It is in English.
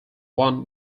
one